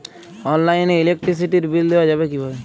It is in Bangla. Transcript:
অনলাইনে ইলেকট্রিসিটির বিল দেওয়া যাবে কিভাবে?